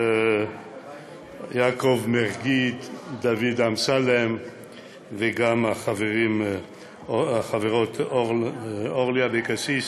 יעקב מרגי, דוד אמסלם וגם החברות אורלי אבקסיס